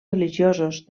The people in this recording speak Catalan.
religiosos